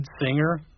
singer